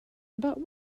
about